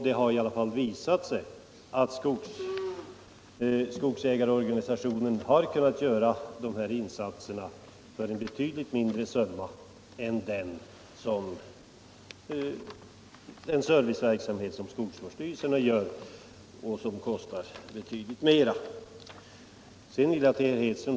Det har i alla fall visat sig att skogsägarorganisationerna har kunnat göra de här insatserna för en betydligt mindre summa än vad skogsvårdsstyrelsernas serviceverksamhet har kostat.